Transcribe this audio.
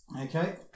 Okay